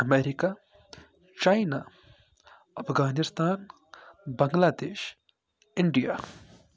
America China Afghanistan Bangladesh India